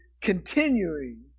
continuing